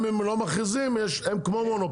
לא, גם אם הם לא מכריזים, הם כמו מונופול.